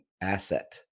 asset